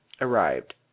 Arrived